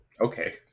okay